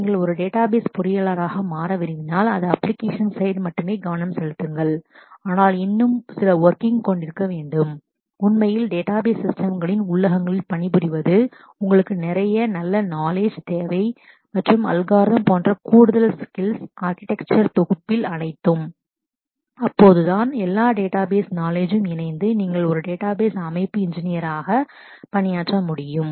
நீங்கள் ஒரு database database பொறியாளராக engineer மாற விரும்பினால் அது அப்ளிகேஷன் சைடு application side மட்டுமே கவனம் செலுத்துங்கள் ஆனால் இன்னும் சில ஒர்கிங் working கொண்டிருக்க வேண்டும் உண்மையில் டேட்டாபேஸ் database சிஸ்டம் களின் உள்ளகங்களில் பணிபுரிவது உங்களுக்கு நிறைய நல்ல நாலேஜ் தேவை knowledge மற்றும் அல்கோரிதம் போன்ற கூடுதல் ஸ்கில்ஸ் skills ஆர்கிடெக்சர் architecture தொகுப்பில் அனைத்தும் அப்போதுதான் எல்லா டேட்டாபேஸ் நாலேஜ் இணைத்து நீங்கள் ஒரு டேட்டாபேஸ்அமைப்பு database system என்ஜினீயர் ஆக engineer பணியாற்ற முடியும்